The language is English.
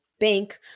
bank